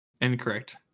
Incorrect